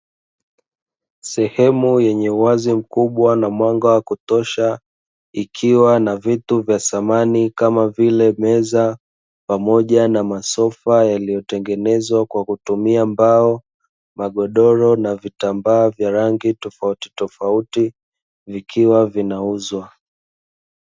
Sehemu yenye uwazi mkubwa na mwanga wa kutosha, ikiwa na vitu vya samani kama vile meza, pamoja na masofa yaliyo tengenezwa kwa kutumia mbao, magodoro na vitambaa vya rangi tofauti tofauti vikiwa vinauzwa.